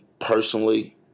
personally